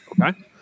Okay